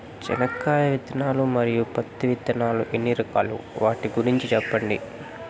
చెనక్కాయ విత్తనాలు, మరియు పత్తి విత్తనాలు ఎన్ని రకాలు వాటి గురించి సెప్పండి?